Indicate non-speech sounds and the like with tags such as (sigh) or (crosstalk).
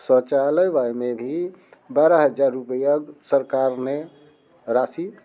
शौचालय (unintelligible) में भी बारह हज़ार रुपया सरकार में राशि